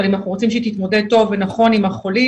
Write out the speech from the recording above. אבל אם אנחנו רוצים שהיא תתמודד טוב ונכון עם החולים,